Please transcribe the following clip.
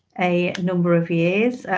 a number of years,